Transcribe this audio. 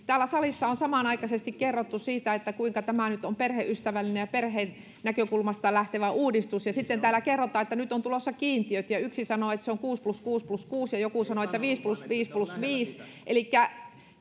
täällä salissa on samanaikaisesti kerrottu kuinka tämä nyt on perheystävällinen ja perheen näkökulmasta lähtevä uudistus ja sitten täällä kerrotaan että nyt on tulossa kiintiöt ja yksi sanoo että se on kuusi plus kuusi plus kuusi ja joku sanoo että viisi plus viisi plus viisi elikkä